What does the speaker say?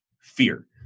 fear